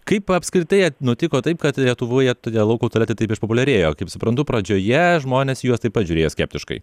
kaip apskritai nutiko taip kad lietuvoje todėl lauko tualetai taip išpopuliarėjo kaip suprantu pradžioje žmonės į juos taip pat žiūrėjo skeptiškai